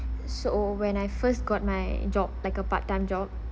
so when I first got my job like a part time job